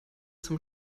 zum